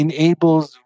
Enables